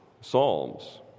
Psalms